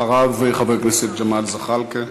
אחריו, חבר הכנסת ג'מאל זחאלקה.